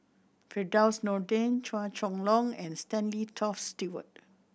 Firdaus Nordin Chua Chong Long and Stanley Toft Stewart